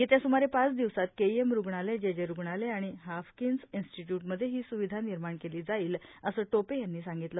येत्या सुमारे पाच दिवसात केईएम रुग्णालय जेजे रुग्णालय आणि हाफकिन्स इन्स्टिट्यूटमध्ये ही स्विधा निर्माण केली जाईल असं टोपे यांनी सांगितलं